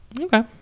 Okay